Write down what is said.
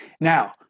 Now